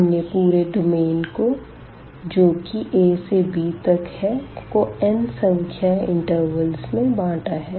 हमने पूरे डोमेन जो की a से b तक है को n संख्या इंटरवल में बांटा है